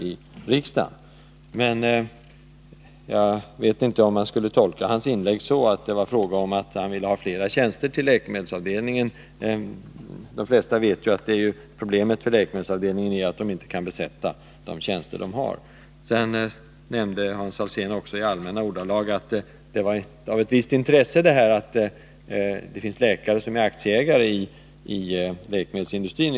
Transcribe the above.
Jag vet inte om man skulle tolka hans inlägg så, att han ville ha fler tjänster till läkemedelsavdelningen. — De flesta vet ju att problemet för läkemedelsavdelningen är att man inte kan besätta de tjänster som redan finns där. Sedan nämnde Hans Alsén också i allmänna ordalag att det var av ett visst intresse att det finns läkare som är aktieägare i läkemedelsindustrin.